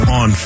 on